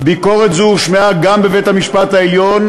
ביקורת זו הושמעה גם בבית-המשפט העליון,